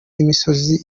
imisozi